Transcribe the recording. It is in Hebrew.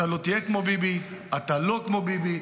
אתה לא תהיה כמו ביבי, אתה לא כמו ביבי.